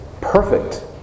perfect